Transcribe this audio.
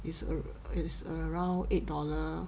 it's a~ it's around eight dollar